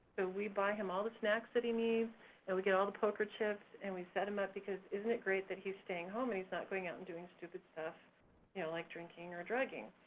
we buy him all the snacks that he needs and we get all the poker chips and we set him up because isn't it great that he's staying home and he's not going out and doing stupid stuff you know like drinking or drugging.